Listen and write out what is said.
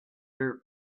her